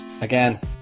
again